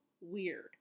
weird